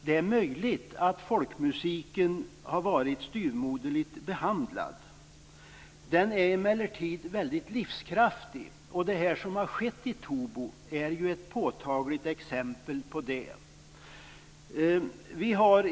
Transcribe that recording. Det är möjligt att folkmusiken har varit styvmoderligt behandlad. Den är emellertid väldigt livskraftig, och det som har skett i Tobo är ett påtagligt exempel på detta.